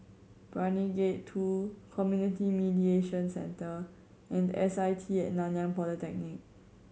Brani Gate Two Community Mediation Centre and S I T At Nanyang Polytechnic